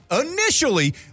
initially